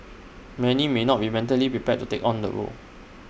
many may not be mentally prepared to take on the role